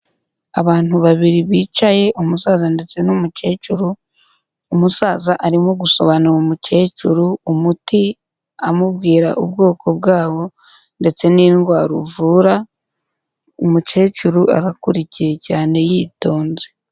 Abantu babiri bicaye umusaza ndetse n'umukecuru. Umusaza arimo gusobanura umukecuru umuti amubwira ubwoko bwawo ndetse n'indwara uvura, umukecuru arakurikiye cyane yitonze.